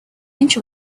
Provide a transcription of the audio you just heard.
inch